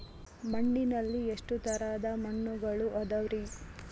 ಮಣ್ಣಿನಲ್ಲಿ ಎಷ್ಟು ತರದ ಮಣ್ಣುಗಳ ಅದವರಿ?